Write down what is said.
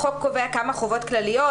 החוק קובע כמה חובות כלליות,